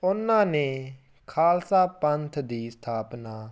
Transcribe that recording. ਉਹਨਾਂ ਨੇ ਖਾਲਸਾ ਪੰਥ ਦੀ ਸਥਾਪਨਾ